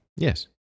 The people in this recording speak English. Yes